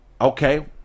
Okay